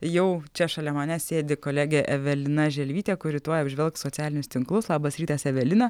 jau čia šalia manęs sėdi kolegė evelina želvytė kuri tuoj apžvelgs socialinius tinklus labas rytas evelina